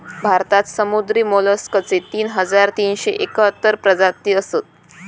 भारतात समुद्री मोलस्कचे तीन हजार तीनशे एकाहत्तर प्रजाती असत